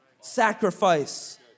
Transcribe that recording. Sacrifice